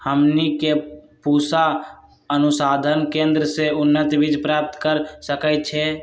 हमनी के पूसा अनुसंधान केंद्र से उन्नत बीज प्राप्त कर सकैछे?